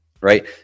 right